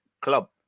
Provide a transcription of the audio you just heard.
club